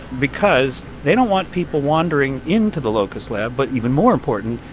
because they don't want people wandering into the locust lab, but even more important,